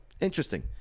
Interesting